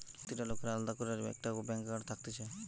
প্রতিটা লোকের আলদা করে একটা ব্যাঙ্ক একাউন্ট নম্বর থাকতিছে